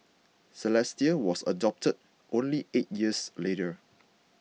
Celeste was adopted only eight years later